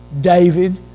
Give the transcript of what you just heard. David